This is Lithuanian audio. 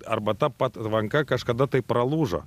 arba ta patvanka kažkada tai pralūžo